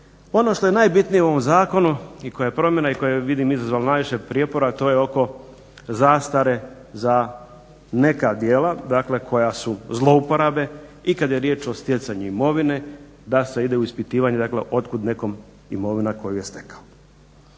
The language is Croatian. Ono što je najbitnije u ovom zakonu i koja je promjena i koja je vidim izazvala najviše prijepora, a to je oko zastare za neka djela. Dakle, koja su zlouporabe i kada je riječ o stjecanju imovine, da se ide u ispitivanje, dakle od kud nekom imovina koju je stekao.